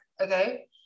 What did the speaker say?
okay